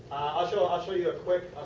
show ah show you a quick.